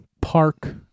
park